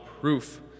proof